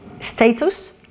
status